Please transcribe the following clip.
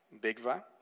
Bigva